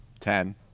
Ten